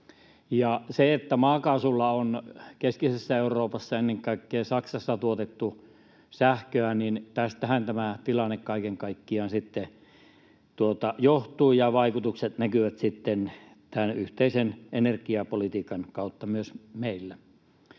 että maakaasulla on keskisessä Euroopassa, ennen kaikkea Saksassa, tuotettu sähköä, tämä tilanne kaiken kaikkiaan johtuu, ja vaikutukset näkyvät sitten yhteisen energiapolitiikan kautta myös meillä.